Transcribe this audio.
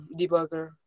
debugger